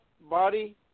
body